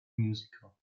musical